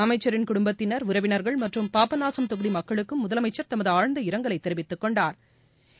அமைச்சின் குடும்பத்தினா் உறவினா்கள் மற்றும் பாபநாசம் தொகுதி மக்களுக்கும் முதலமைச்சா் தமது ஆழ்ந்த இரங்கலை தெரிவித்துக் கொண்டாா்